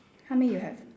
how many you have